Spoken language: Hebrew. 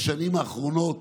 בשנים האחרונות